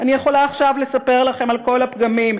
אני יכולה עכשיו לספר לכם על כל הפגמים.